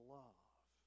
love